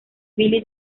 billy